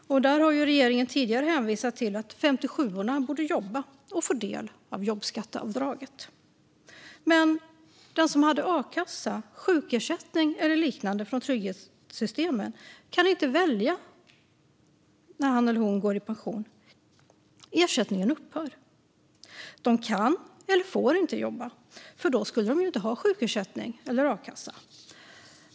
Där har regeringen tidigare hänvisat till att 57:orna borde jobba och få del av jobbskatteavdraget. De som har a-kassa, sjukersättning eller liknande från våra trygghetssystem kan dock inte välja när de ska gå i pension. Ersättningen upphör. De kan eller får inte jobba, för då skulle de ju inte ha sjukersättning eller a-kassa.